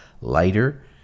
lighter